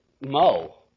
Mo